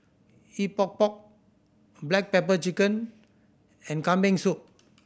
Epok Epok black pepper chicken and Kambing Soup